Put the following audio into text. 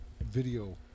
video